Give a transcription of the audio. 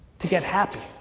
to get happy.